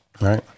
Right